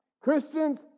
Christians